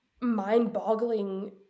mind-boggling